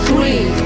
Three